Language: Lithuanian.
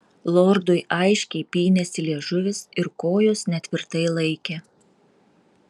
lordui aiškiai pynėsi liežuvis ir kojos netvirtai laikė